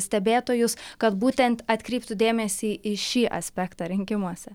stebėtojus kad būtent atkreiptų dėmesį į šį aspektą rinkimuose